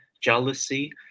jealousy